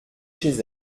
chez